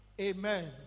Amen